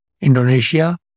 Indonesia